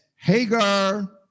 Hagar